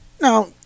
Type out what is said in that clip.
now